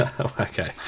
Okay